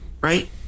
right